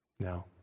No